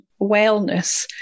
wellness